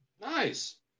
Nice